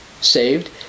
saved